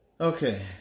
Okay